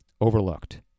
overlooked